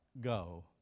go